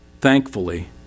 thankfully